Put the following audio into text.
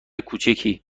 کوچیکی